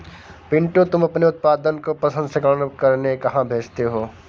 पिंटू तुम अपने उत्पादन को प्रसंस्करण करने कहां भेजते हो?